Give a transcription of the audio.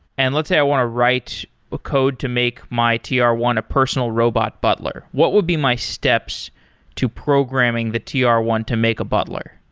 and let's say i want to write ah code to make my t r one a personal robot butler. what will be my steps to programming the t r one to make a butler?